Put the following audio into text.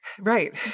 Right